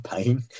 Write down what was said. pain